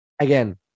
again